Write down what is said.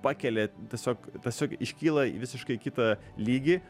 pakelia tiesiog tiesiog iškyla į visiškai kitą lygį